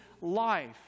life